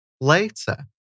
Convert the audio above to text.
later